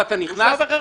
ואתה נכנס,